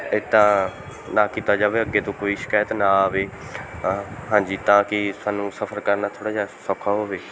ਇੱਦਾਂ ਨਾ ਕੀਤਾ ਜਾਵੇ ਅੱਗੇ ਤੋਂ ਕੋਈ ਸ਼ਿਕਾਇਤ ਨਾ ਆਵੇ ਹਾ ਹਾਂਜੀ ਤਾਂ ਕਿ ਸਾਨੂੰ ਸਫ਼ਰ ਕਰਨਾ ਥੋੜ੍ਹਾ ਜਿਹਾ ਸੌਖਾ ਹੋਵੇ